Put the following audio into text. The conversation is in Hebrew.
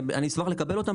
אני אשמח לקבל אותם,